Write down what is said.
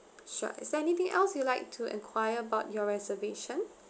sure is there anything else you'd like to enquire about your reservation